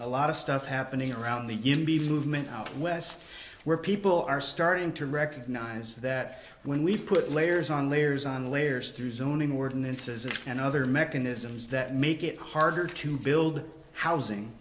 a lot of stuff happening around the in the movement out west where people are starting to recognize that when we put layers on layers on layers through zoning ordinances and other mechanisms that make it harder to build housing